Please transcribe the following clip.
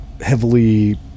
heavily